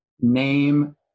name